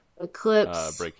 Eclipse